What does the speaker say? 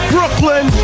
Brooklyn